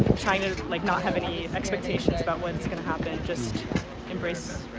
trying to like not have any expectations about what's gonna happen. just embrace